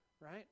right